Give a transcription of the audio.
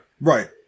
Right